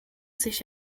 sich